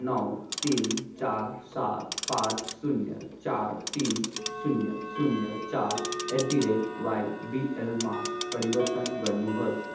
नौ तिन चार सात पाँच शून्य चार तिन शून्य शून्य चार एट दि रेट वाइबिएलमा परिवर्तन गर्नु होस्